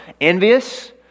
envious